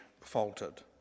faltered